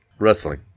Wrestling